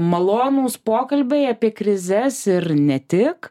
malonūs pokalbiai apie krizes ir ne tik